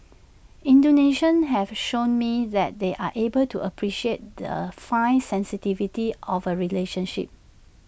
Indonesians have shown me that they are able to appreciate the fine sensitivities of A relationship